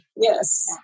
Yes